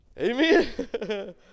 Amen